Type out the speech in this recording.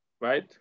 right